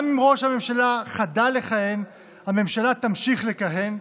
גם אם ראש הממשלה חדל לכהן הממשלה תמשיך לכהן,